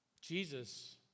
Jesus